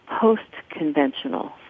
post-conventional